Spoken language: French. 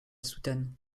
soutane